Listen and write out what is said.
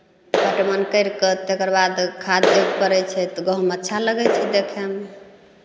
पटवन कैरि कऽ तेकर बाद खाद परै छै तऽ गहूॅंम अच्छा लगै छै देखैमे